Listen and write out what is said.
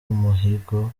umuhigo